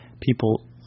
people